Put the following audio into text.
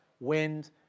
wind